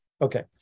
Okay